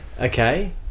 okay